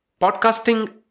podcasting